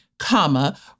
comma